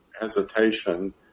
hesitation